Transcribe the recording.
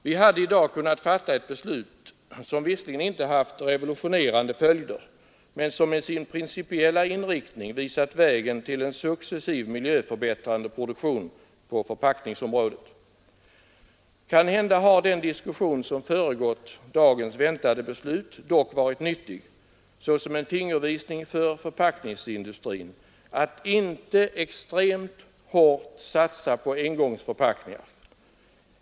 Vi hade i dag kunnat fatta ett beslut som visserligen inte haft revolutionerande följder men som med sin principiella inriktning visat vägen till en successivt miljöförbättrande produktion på förpackningsområdet. Kanhända har den diskussion som föregått dagens väntade beslut dock varit nyttig såsom en fingervisning för förpackningsindustrin att inte extremt hårt satsa på engångsförpackningar.